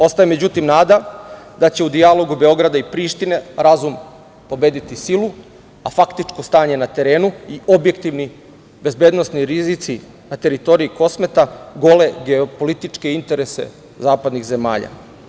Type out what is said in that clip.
Ostaje, međutim, nada da će u dijalogu Beograda i Prištine razum pobediti silu, a faktičko stanje na terenu i objektivni bezbednosni rizici na teritoriji Kosmeta, gole geopolitičke interese zapadnih zemalja.